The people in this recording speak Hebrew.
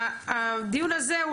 הדיון הזה,